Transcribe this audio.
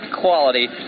quality